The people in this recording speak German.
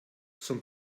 zum